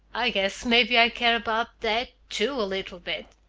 i guess maybe i care about that, too, a little bit.